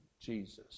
Jesus